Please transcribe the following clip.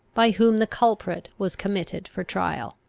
by whom the culprit was committed for trial.